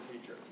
teacher